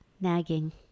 nagging